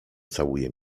całuje